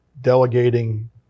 delegating